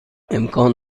امکان